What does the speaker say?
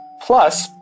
Plus